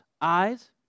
eyes